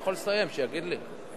אני יכול לסיים, שיגיד לי.